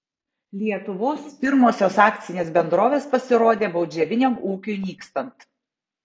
lietuvos pirmosios akcinės bendrovės pasirodė baudžiaviniam ūkiui nykstant